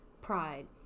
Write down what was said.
Pride